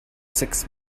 six